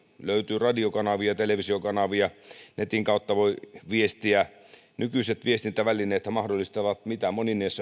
löytyy radiokanavia televisiokanavia netin kautta voi viestiä nykyiset viestintävälineethän mahdollistavat mitä